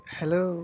Hello